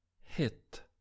hit